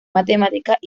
matemáticas